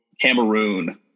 Cameroon